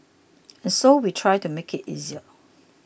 and so we try to make it easier